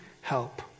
help